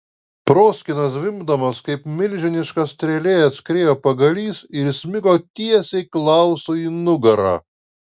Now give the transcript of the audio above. proskyna zvimbdamas kaip milžiniška strėlė atskriejo pagalys ir įsmigo tiesiai klausui į nugarą